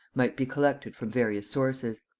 might be collected from various sources.